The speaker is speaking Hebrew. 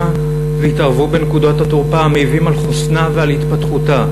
והתערבו בנקודות התורפה המעיבות על חוסנה ועל התפתחותה.